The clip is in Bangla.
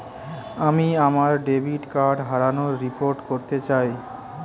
আমি আমার ডেবিট কার্ড হারানোর রিপোর্ট করতে চাই